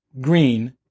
green